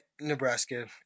Nebraska